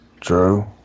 True